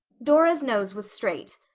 dora's nose was straight,